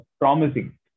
promising